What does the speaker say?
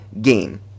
game